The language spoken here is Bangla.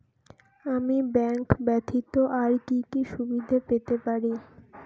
আমি ব্যাংক ব্যথিত আর কি কি সুবিধে পেতে পারি?